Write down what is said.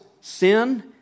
sin